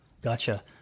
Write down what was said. Gotcha